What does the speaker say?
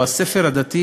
הספר הדתי,